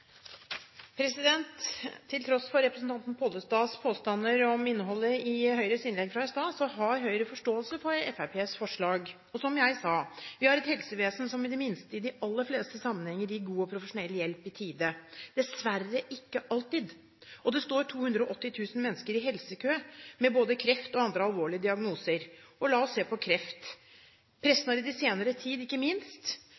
sykmelding. Til tross for representanten Pollestads påstander om innholdet i Høyres innlegg i stad har Høyre forståelse for Fremskrittspartiets forslag. Som jeg sa: Vi har et helsevesen som i de aller fleste sammenhenger gir god og profesjonell hjelp i tide – dessverre ikke alltid. Det står 280 000 mennesker i helsekø, med både kreftdiagnose og andre alvorlige diagnoser. La oss se på kreft.